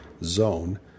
zone